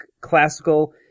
classical